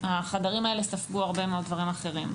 החדרים האלה ספגו הרבה מאוד דברים אחרים.